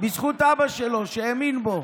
בזכות אבא שלו, שהאמין בו,